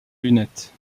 lunette